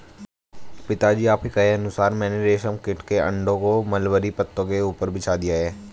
पिताजी आपके कहे अनुसार मैंने रेशम कीट के अंडों को मलबरी पत्तों के ऊपर बिछा दिया है